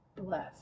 Bless